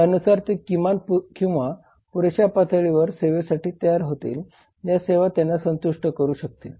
त्यानुसार ते किमान किंवा पुरेशा पातळीवरील सेवेसाठी तयार होतील ज्या सेवा त्यांना संतुष्ट करू शकतील